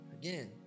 again